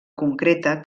concreta